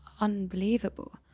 unbelievable